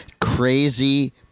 crazy